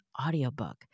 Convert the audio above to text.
audiobook